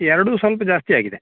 ಎರಡೂ ಸ್ವಲ್ಪ ಜಾಸ್ತಿ ಆಗಿದೆ